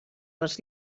les